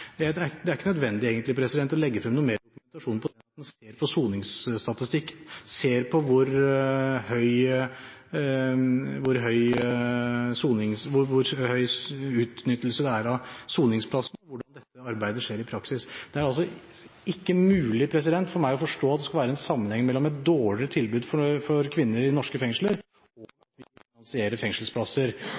Det er egentlig ikke nødvendig å legge frem noe mer dokumentasjon på det. En kan se på soningsstatistikken, se hvor høy utnyttelse det er av soningsplasser, og hvordan dette arbeidet skjer i praksis. Det er ikke mulig for meg å forstå at det skal være en sammenheng mellom et dårlig tilbud for kvinner i norske fengsler, og det at vi finansierer fengselsplasser i Nederland. Jeg synes det er en veldig søkt problemstilling, og jeg håper vi for fremtiden kan